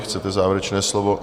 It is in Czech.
Chcete závěrečné slovo?